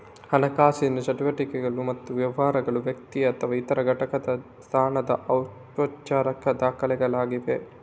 ಹಣಕಾಸಿನ ಚಟುವಟಿಕೆಗಳು ಮತ್ತು ವ್ಯವಹಾರ, ವ್ಯಕ್ತಿ ಅಥವಾ ಇತರ ಘಟಕದ ಸ್ಥಾನದ ಔಪಚಾರಿಕ ದಾಖಲೆಗಳಾಗಿವೆ